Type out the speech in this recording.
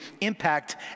impact